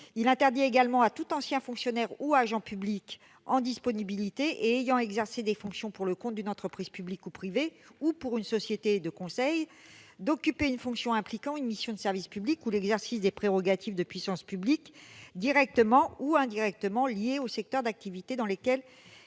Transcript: Il interdit également à tout ancien fonctionnaire ou agent public en disponibilité et ayant exercé des fonctions pour le compte d'une entreprise publique ou privée, ou pour une société de conseil, d'occuper une fonction impliquant une mission de service public ou l'exercice de prérogatives de puissance publique directement ou indirectement liées aux secteurs d'activité dans lesquels